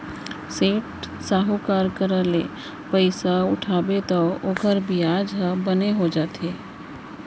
सेठ, साहूकार करा ले पइसा उठाबे तौ ओकर बियाजे ह बने हो जाथे